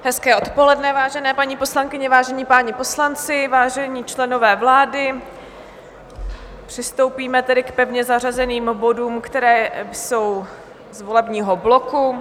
Hezké odpoledne, vážené paní poslankyně, vážení páni poslanci, vážení členové vlády, přistoupíme tedy k pevně zařazeným bodům, které jsou z volebního bloku.